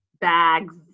bags